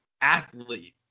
athlete